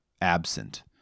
absent